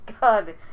God